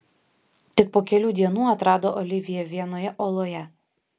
tik po kelių dienų atrado oliviją vienoje oloje